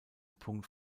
punkt